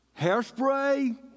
hairspray